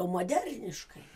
o moderniškai